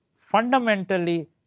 fundamentally